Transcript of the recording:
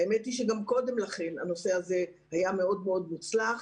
למען האמת גם קודם לכן הנושא הזה היה מאוד מאוד מוצלח,